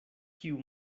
kiu